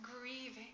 grieving